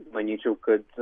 manyčiau kad